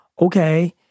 okay